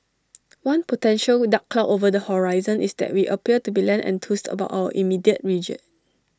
one potential dark cloud over the horizon is that we appear to be less enthused about our immediate region